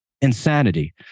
insanity